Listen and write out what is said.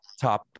top